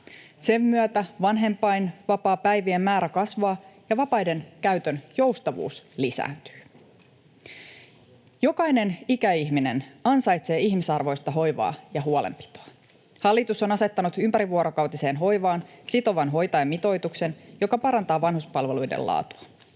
Sen myötä vanhempainvapaapäivien määrä kasvaa ja vapaiden käytön joustavuus lisääntyy. Jokainen ikäihminen ansaitsee ihmisarvoista hoivaa ja huolenpitoa. Hallitus on asettanut ympärivuorokautiseen hoivaan sitovan hoitajamitoituksen, joka parantaa vanhuspalveluiden laatua.